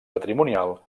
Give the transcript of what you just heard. patrimonial